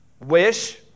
wish